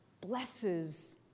blesses